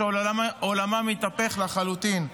שעולמם התהפך לחלוטין.